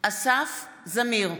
אסף זמיר,